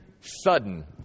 sudden